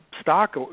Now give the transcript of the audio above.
stock